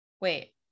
wait